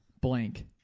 blank